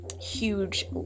huge